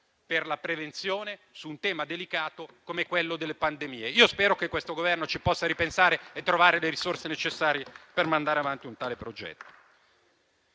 per la prevenzione su un tema delicato come quello delle pandemie. Io spero che questo Governo ci possa ripensare e trovare le risorse necessarie per mandare avanti un tale progetto.